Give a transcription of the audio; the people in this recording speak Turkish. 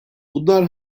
bunlar